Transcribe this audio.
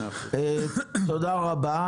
תודה רבה.